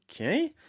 Okay